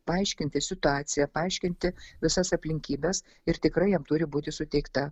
paaiškinti situaciją paaiškinti visas aplinkybes ir tikrai jam turi būti suteikta